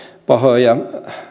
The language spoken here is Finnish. pahoja